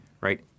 Right